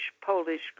Polish